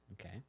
Okay